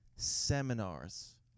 seminars